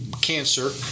cancer